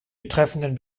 betreffenden